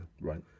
right